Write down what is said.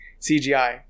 cgi